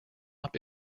top